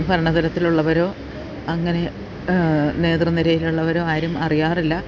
ഭരണതരത്തിൽ ഉള്ളവരോ അങ്ങനെ നേതൃനിരയിൽ ഉള്ളവരോ ആരും അറിയാറില്ല